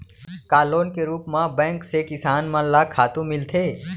का लोन के रूप मा बैंक से किसान मन ला खातू मिलथे?